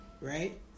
right